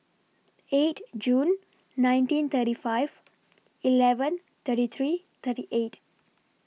eight June nineteen thirty five eleven thirty three thirty eight